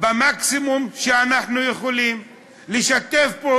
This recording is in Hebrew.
היא רוצה כסף מזומן, אישה מבוגרת.